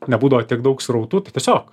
nebūdavo tiek daug srautų tai tiesiog